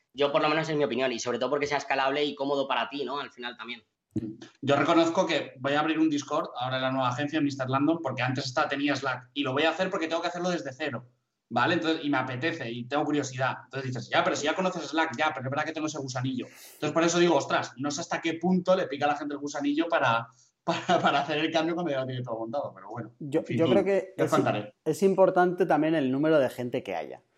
Yo, por lo menos, es mi opinión, y sobre todo porque sea escalable y cómodo para ti, ¿no? Al final también. Yo reconozco que voy a abrir un Discord, ahora en la nueva agencia, Mr. Landon, porque antes esta- tenía Slack, y lo voy a hacer porque tengo que hacerlo desde cero, ¿vale? Entonces, y me apetece, y tengo curiosidad. Entonces dices, "Ya, pero si ya conoces Slack, ya, pero es verdad que tengo ese gusanillo". Entonces, por eso digo, "Ostras, no sé hasta qué punto le pica a la gente el gusanillo para- para- para hacer el cambio cuando ya lo tiene todo montado", pero bueno, en Yo- fin, yo creo tú, que ya os es im- contaré. es importante también el número de gente que haya.